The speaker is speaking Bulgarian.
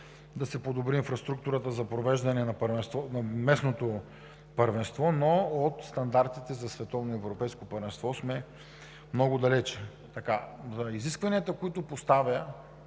да се подобри инфраструктурата за провеждане на местното първенство, но от стандартите за световно и европейско първенство много сме далеч. Изискванията, които поставя